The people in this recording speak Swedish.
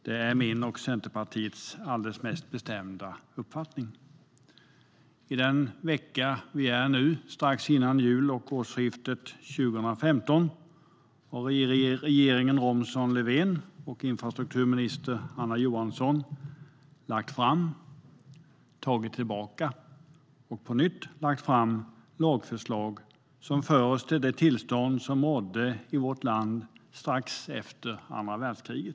Det är min och Centerpartiets bestämda uppfattning. Den vecka vi nu är i, strax före jul och årsskiftet 2015/16, har regeringen Romson-Löfven och dess infrastrukturminister Anna Johansson lagt fram, tagit tillbaka och på nytt lagt fram lagförslag som för oss till det tillstånd som rådde i vårt land strax efter andra världskriget.